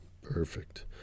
perfect